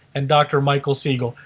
and dr. michael siegel.